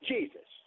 Jesus